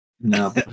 no